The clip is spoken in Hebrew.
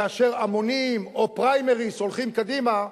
כאשר המונים או פריימריז הולכים קדימה,